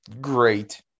great